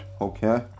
okay